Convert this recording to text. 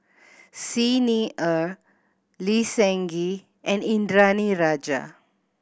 Xi Ni Er Lee Seng Gee and Indranee Rajah